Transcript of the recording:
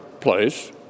place